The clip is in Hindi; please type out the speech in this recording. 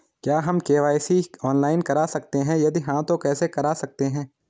क्या हम के.वाई.सी ऑनलाइन करा सकते हैं यदि हाँ तो कैसे करा सकते हैं?